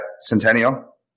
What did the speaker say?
Centennial